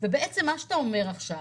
במה שאתה אומר עכשיו